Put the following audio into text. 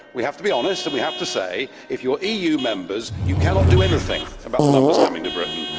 we have to be honest and we have to say if you are eu members you cannot do anything about the numbers coming to britain.